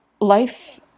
life